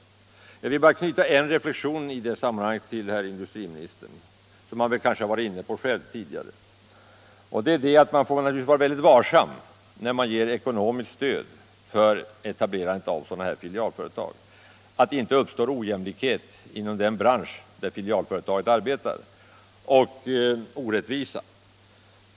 Jag vill bara knyta en reflexion i det här sammanhanget till herr industriministerns uttalande — han har kanske själv varit inne på den tidigare — nämligen att man naturligtvis får vara väldigt varsam när man ger ekonomiskt stöd för etablerande av filialföretag så att det inte uppstår ojämlikhet och orättvisa inom den bransch där ett sådant filialföretag arbetar.